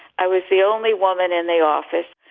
i was the only woman in the office.